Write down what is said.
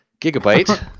Gigabyte